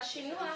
השינוע,